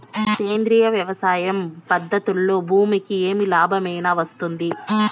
సేంద్రియ వ్యవసాయం పద్ధతులలో భూమికి ఏమి లాభమేనా వస్తుంది?